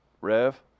Rev